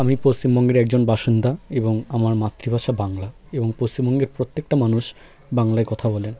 আমি পশ্চিমবঙ্গের একজন বাসিন্দা এবং আমার মাতৃভাষা বাংলা এবং পশ্চিমবঙ্গের প্রত্যেকটা মানুষ বাংলায় কথা বলেন